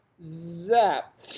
Zap